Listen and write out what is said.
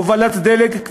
הובלת דלק,